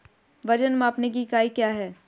वजन मापने की इकाई क्या है?